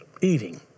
eating